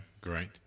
great